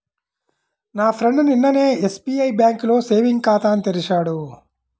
నా ఫ్రెండు నిన్ననే ఎస్బిఐ బ్యేంకులో సేవింగ్స్ ఖాతాను తెరిచాడు